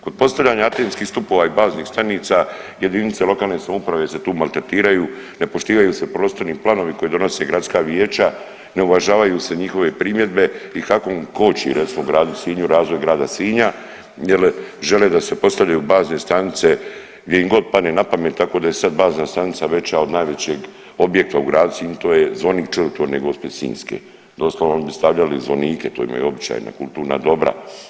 Kod postavljanja antenskih stupova i baznih stanica jedinice lokalne samouprave se tu maltretiraju ne poštivaju se prostorni planovi koje donose gradska vijeća, ne uvažavaju se njihove primjedbe i HAKOM koči, recimo u gradu Sinju razvoj grada Sinja jer žele sa da postavljaju bazne stanice gdje im god padne napamet tako da je sad bazna stanica veća od najvećeg objekta u gradu Sinju, to je Zvonik čudotvorne Gospe Sinjske, doslovno oni bi stavljali zvonike, to imaju običaj na kulturna dobra.